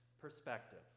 perspective